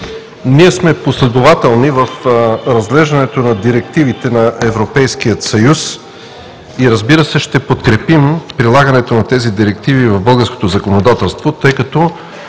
Ние сме последователни в разглеждането на директивите на Европейския съюз и, разбира се, ще подкрепим прилагането на тези директиви в българското законодателство, тъй като